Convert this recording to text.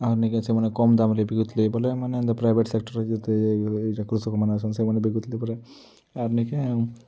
ଆର୍ ନେଇକେଁ ସେମାନେ କମ୍ ଦାମ୍ରେ ବିକୁଥିଲେ ବୋଲେ ଏମାନେ ହେଲେ ପ୍ରାଇଭେଟ୍ ସେକ୍ଟର୍ରେ ଯେତେ ଇଟା କୃଷକମାନେ ଅଛନ୍ ସେମାନେ ବିକୁଥିଲେ ପରେ ଆର୍ ନେଇକେଁ